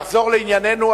נחזור לענייננו.